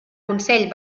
consell